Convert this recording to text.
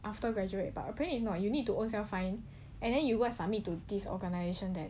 after graduate but apparently not you need to own self find and then you must submit to these organisations that